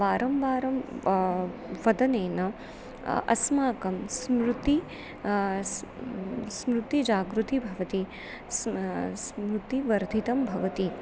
वारं वारं वदनेन अस्माकं स्मृतिः स्म स्मृतिजागृतिः भवति स्म स्मृतिवर्धितं भवति